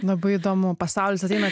labai įdomu pasaulis ateina